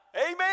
Amen